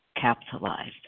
capitalized